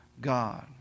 God